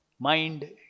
mind